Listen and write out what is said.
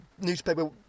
Newspaper